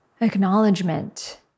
acknowledgement